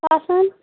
কোৱাচোন